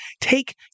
take